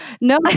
No